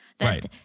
Right